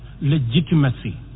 legitimacy